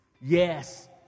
Yes